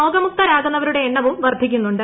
രോഗമുക്തരാകുന്നവരുടെ എണ്ണവും വർധിക്കുന്നുണ്ട്